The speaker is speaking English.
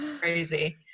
crazy